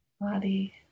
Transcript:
body